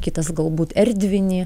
kitas galbūt erdvinį